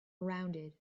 rounded